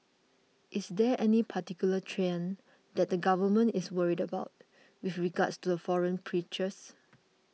is there any particular trend that the Government is worried about with regards to the foreign preachers